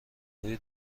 روی